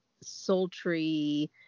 sultry